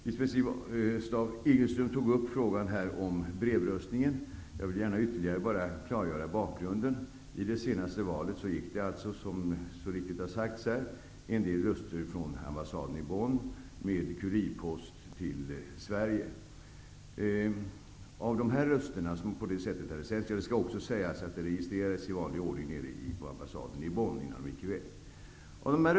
Lisbeth Staaf-Igelström tog här upp frågan om brevröstningen. Jag vill bara ytterligare förklara bakgrunden. Som så riktigt har sagts här gick i det senaste valet en del röster från ambassaden i Bonn med kurirpost till Sverige. De hade i vanlig ordning registrerats på ambassaden i Bonn innan de gick i väg.